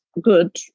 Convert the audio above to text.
good